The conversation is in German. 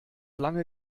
lange